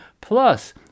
plus